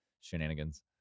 shenanigans